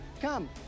Come